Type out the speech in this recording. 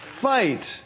fight